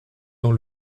dans